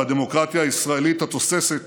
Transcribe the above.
בדמוקרטיה הישראלית התוססת